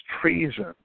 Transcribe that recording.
treason